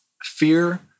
fear